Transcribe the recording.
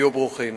היו ברוכים.